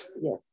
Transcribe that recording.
yes